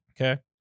Okay